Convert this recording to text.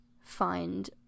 find